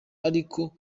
ariko